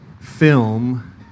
film